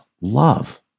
love